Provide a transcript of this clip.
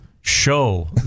Show